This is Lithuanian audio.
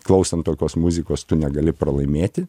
klausant tokios muzikos tu negali pralaimėti